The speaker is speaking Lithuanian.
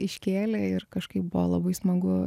iškėlė ir kažkaip buvo labai smagu